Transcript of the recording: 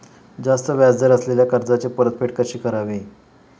जास्त व्याज दर असलेल्या कर्जाची परतफेड कशी करावी?